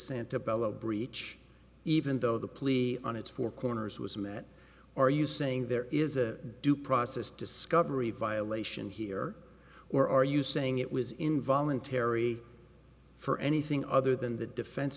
center belo breach even though the plea on its four corners was met are you saying there is a due process discovery violation here or are you saying it was involuntary for anything other than the defense